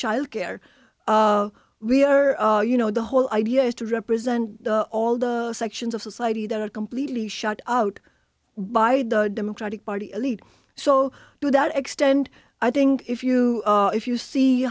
childcare we are you know the whole idea is to represent all the sections of society that are completely shut out by the democratic party elite so to that extent i think if you if you see